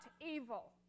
evil